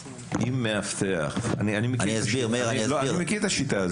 אני מכיר את השיטה הזאת.